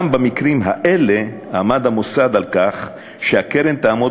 גם במקרים האלה עמד המוסד על כך שהקרן תעמוד